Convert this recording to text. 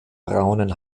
braunen